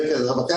---.